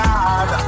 God